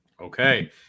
Okay